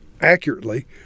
accurately